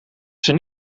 zijn